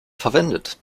verwendet